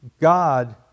God